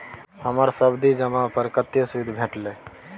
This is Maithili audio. हमर सावधि जमा पर कतेक सूद भेटलै?